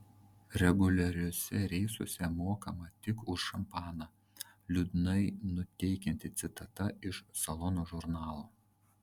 reguliariuose reisuose mokama tik už šampaną liūdnai nuteikianti citata iš salono žurnalo